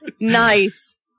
Nice